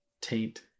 Taint